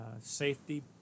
Safety